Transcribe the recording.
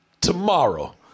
tomorrow